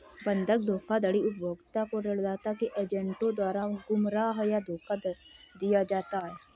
बंधक धोखाधड़ी उपभोक्ता को ऋणदाता के एजेंटों द्वारा गुमराह या धोखा दिया जाता है